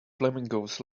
flamingos